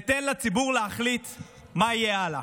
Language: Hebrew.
ותן לציבור להחליט מה יהיה הלאה.